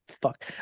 fuck